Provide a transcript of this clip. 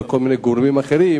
אולי כל מיני גורמים אחרים.